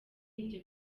ibyo